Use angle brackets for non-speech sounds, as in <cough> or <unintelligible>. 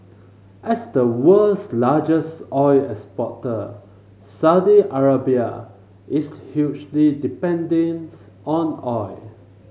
as the world's largest oil exporter Saudi Arabia is hugely <unintelligible> on oil